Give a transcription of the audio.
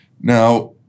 Now